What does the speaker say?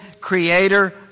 creator